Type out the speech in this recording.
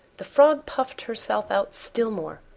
the frog puffed herself out still more.